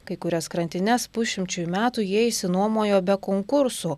kai kurias krantines pusšimčiui metų jie išsinuomojo be konkursų